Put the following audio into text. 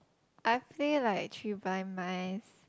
I play like three blind mice